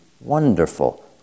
wonderful